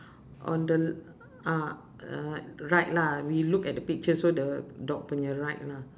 on the uh uh right lah we look at the picture so the dog punya right lah